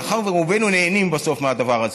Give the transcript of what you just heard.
מאחר שרובנו נהנים מהדבר הזה,